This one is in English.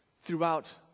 throughout